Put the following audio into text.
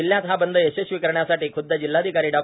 जिल्ह्यात हा बंद यशस्वी करण्यासाठी खुद्द जिल्हाधिकारी डॉ